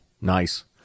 nice